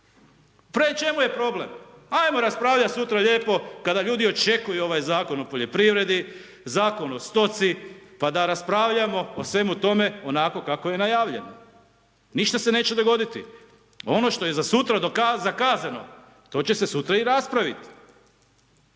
Pre čemu je problem, ajmo raspravljat sutra lijepo kada ljudi očekuju ovaj Zakon o poljoprivredni, Zakon o stoci, pa da raspravljamo o svemu tome onako kako je najavljeno, ništa se neće dogoditi. Ono što je za sutra zakazano to će se sutra i raspravi.